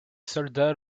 soldat